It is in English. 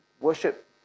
worship